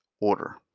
order